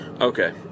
Okay